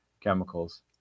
chemicals